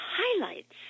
highlights